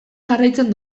jarraitzen